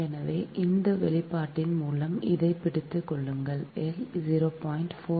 எனவே இந்த வெளிப்பாட்டின் மூலம் இதைப் பிடித்துக் கொள்ளுங்கள் L 0